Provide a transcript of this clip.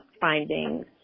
findings